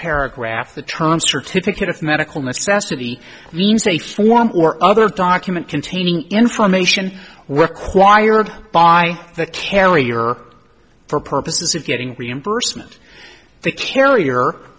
paragraph the term certificate of medical necessity means a form or other document containing information required by the carrier for purposes of getting reimbursement the carrier